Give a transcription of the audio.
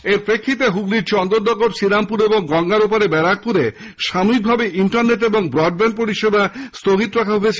এর প্রেক্ষিতে হুগলীর চন্দননগর শ্রীরামপুর এবং গঙ্গার ওপর ব্যারাকপুরে সাময়িকভাবে ইন্টারনেট ও ব্রডব্যান্ড পরিষেবা স্হগিত রাখা হয়েছে